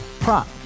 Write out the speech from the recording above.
Prop